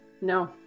No